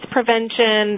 Prevention